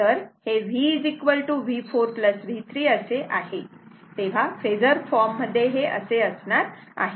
तर हे VV4 V3 असे आहे तेव्हा फेजर फॉर्म मध्ये हे असे असणार आहे